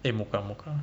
eh mocha mocha